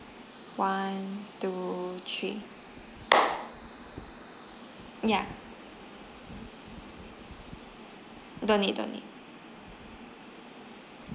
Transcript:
one two three ya don't need don't need